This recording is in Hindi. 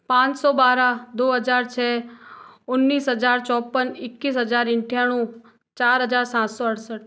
पाँच सौ बारह दो हजार छ उन्नीस हजार चौवन इक्कीस हजार अठानवे चार हजार सात सौ अड़सठ